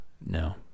No